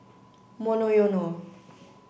Monoyono